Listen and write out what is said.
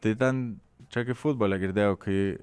tai ten čia kaip futbole girdėjau kai